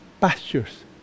pastures